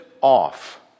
off